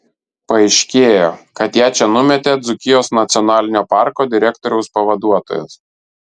paaiškėjo kad ją čia numetė dzūkijos nacionalinio parko direktoriaus pavaduotojas